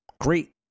great